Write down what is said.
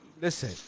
Listen